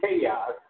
chaos